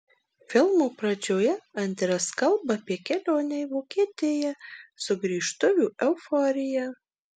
filmo pradžioje andres kalba apie kelionę į vokietiją sugrįžtuvių euforiją